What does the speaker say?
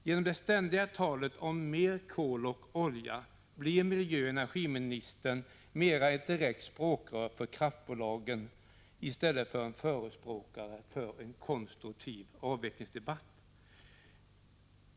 Genom det ständiga talet om mer kol och olja blir miljöoch energiministern mera ett direkt språkrör för kraftbolagen än en förespråkare för en konstruktiv avvecklingsdebatt.